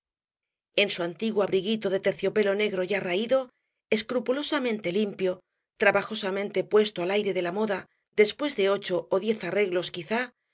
en su abriguito de terciopelo negro ya raído escrupulosamente limpio trabajosamente puesto al aire de la moda después de ocho ó diez arreglos quizá